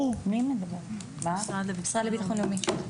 המשרד לביטחון לאומי.